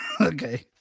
okay